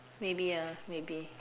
maybe ah maybe